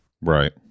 Right